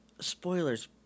spoilers